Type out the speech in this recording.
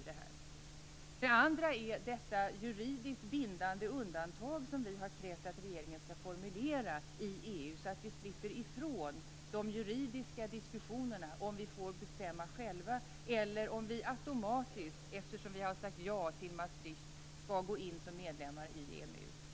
Den andra frågan gäller det juridiskt bindande undantag som vi har krävt att regeringen skall formulera i EU så att vi slipper ifrån de juridiska diskussionerna om vi får bestämma själva eller om vi automatiskt, eftersom vi sagt ja till Maastrichtfördraget, skall gå in som medlem i EMU.